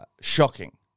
shocking